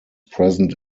present